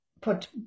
put